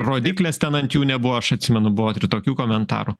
rodyklės ten ant jų nebuvo aš atsimenu buvo ir tokių komentarų